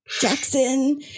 Jackson